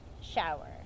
shower